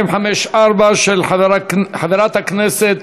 254 של חברת הכנסת